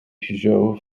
peugeot